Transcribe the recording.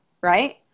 Right